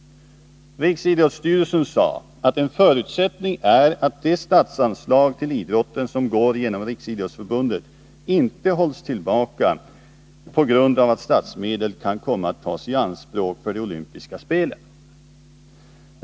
Riksidrottsstyrelsen framhöll att en förutsättning är att de statsanslag till idrotten som går genom Riksidrottsförbundet inte hålls tillbaka på grund av att statsmedel kan komma att tas i anspråk för de olympiska spelen.